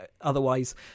otherwise